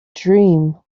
dream